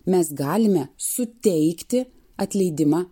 mes galime suteikti atleidimą